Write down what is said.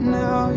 now